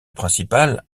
principale